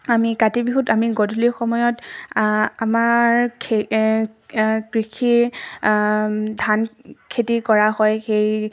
আমি কাতি বিহুত আমি গধূলি সময়ত আমাৰ খে কৃষিৰ ধানখেতি কৰা হয় সেই